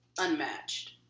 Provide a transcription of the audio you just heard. unmatched